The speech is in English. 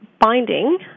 binding